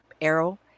arrow